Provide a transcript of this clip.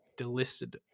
delisted